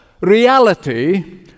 reality